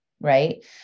right